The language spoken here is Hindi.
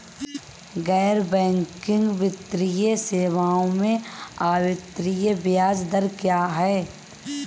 गैर बैंकिंग वित्तीय सेवाओं में आवर्ती ब्याज दर क्या है?